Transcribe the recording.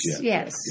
Yes